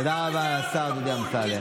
תודה רבה לשר דודי אמסלם.